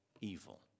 evil